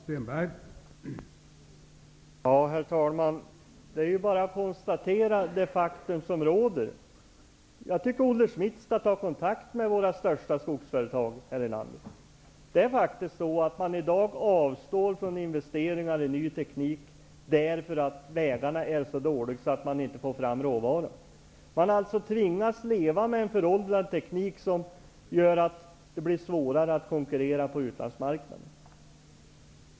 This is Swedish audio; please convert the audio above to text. Herr talman! Det är bara att konstatera de fakta som råder. Jag tycker att Olle Schmidt skall ta kontakt med våra största skogsföretag. Man avstår i dag från investeringar i ny teknik, därför att vägarna är så dåliga att man inte får fram råvaran. Man tvingas alltså leva med en föråldrad teknik, vilket gör att det blir svårare att konkurrera på utlandsmarknader.